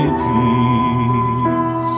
peace